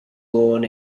born